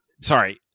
sorry